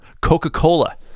coca-cola